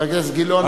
חבר הכנסת גילאון,